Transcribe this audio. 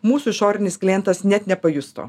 mūsų išorinis klientas net nepajustų